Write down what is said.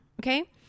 Okay